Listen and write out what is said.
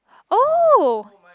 oh